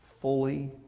fully